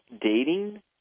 dating